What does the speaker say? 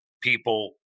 people